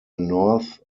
north